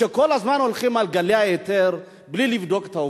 שכל הזמן הולכים אל גלי האתר בלי לבדוק את העובדות.